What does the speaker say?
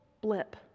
blip